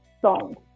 songs